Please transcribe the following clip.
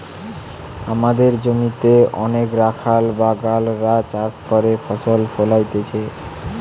আমদের জমিতে অনেক রাখাল বাগাল রা চাষ করে ফসল ফোলাইতেছে